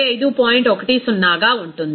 10గా ఉంటుంది